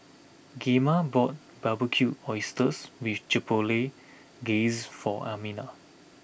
Gemma bought Barbecued Oysters with Chipotle Glaze for Amina